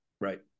Right